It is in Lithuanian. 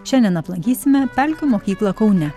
šiandien aplankysime pelkių mokyklą kaune